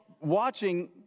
watching